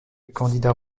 candidat